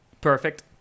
Perfect